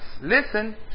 Listen